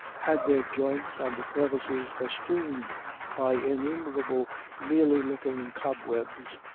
had their joints and crevices festooned by innumerable mealy-looking cobwebs,